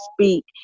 speak